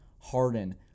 Harden